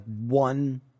one